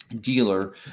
dealer